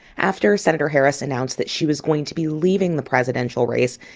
after senator harris announced that she was going to be leaving the presidential race,